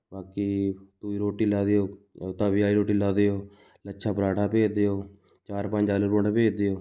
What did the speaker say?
ਬਾਕੀ ਦੂਜੀ ਰੋਟੀ ਲਾਹ ਦਿਓ ਤਵੇ ਵਾਲੀ ਰੋਟੀ ਲਾਹ ਦਿਓ ਲੱਛਾ ਪਰਾਂਠਾ ਭੇਜ ਦਿਓ ਚਾਰ ਪੰਜ ਆਲੂ ਪਰੋਂਠਾ ਭੇਜ ਦਿਓ